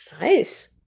Nice